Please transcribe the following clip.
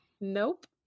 Nope